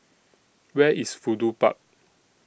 Where IS Fudu Park